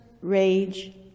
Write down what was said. rage